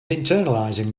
internalizing